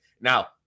now